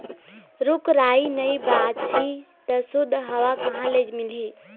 रूख राई नइ बाचही त सुद्ध हवा कहाँ ले मिलही